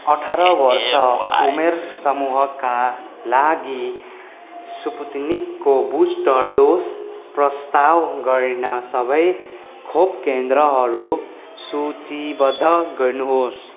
अठार वर्ष उमेर समूहका लागि स्पुत्निकको बुस्टर डोज प्रस्ताव गर्ने सबै खोप केन्द्रहरू सूचीबद्ध गर्नुहोस्